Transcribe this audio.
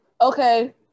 Okay